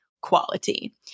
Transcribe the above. quality